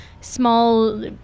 small